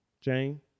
jane